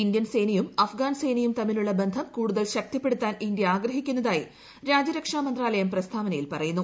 Indian സേനയും Afghan സേനയും തമ്മിലുള്ള ബന്ധം കൂടുതൽ ശക്തിപ്പെടുത്താൻ ഇന്ത്യ ആഗ്രഹിക്കുന്നതായി രാജ്യരക്ഷാ മന്ത്രാലയം പ്രസ്താവനയിൽ പ്പെട്ടത്തുന്നു